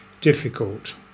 difficult